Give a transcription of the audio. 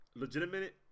legitimate